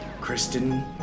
Kristen